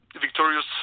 victorious